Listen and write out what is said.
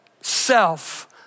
self